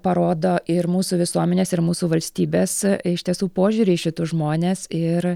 parodo ir mūsų visuomenės ir mūsų valstybės iš tiesų požiūrį į šituos žmones ir